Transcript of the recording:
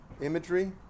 imagery